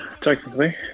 technically